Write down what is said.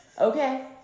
Okay